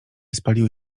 spaliły